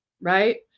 right